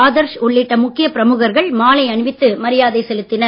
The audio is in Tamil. ஆதர்ஷ் மற்றும் முக்கியப் பிரமுகர்கள் மாலை அணிவித்து மரியாதை செலுத்தினர்